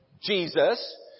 Jesus